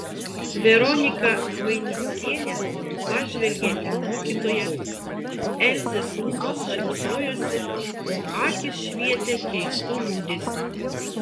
veronika chvainickienė pažvelgė į mokytoją elzės lūpos šypsojosi o akys švietė keistu liūdesiu